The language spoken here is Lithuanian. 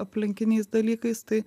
aplinkiniais dalykais tai